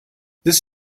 this